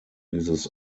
dieses